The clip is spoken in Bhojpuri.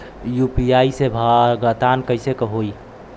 यू.पी.आई से भुगतान कइसे होहीं?